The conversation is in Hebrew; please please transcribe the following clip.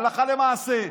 הלכה למעשה,